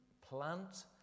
plant